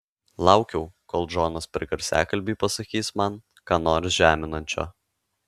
laukiau kol džonas per garsiakalbį pasakys man ką nors žeminančio